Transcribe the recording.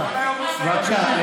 אתה חתיכת בטלן, מושחת.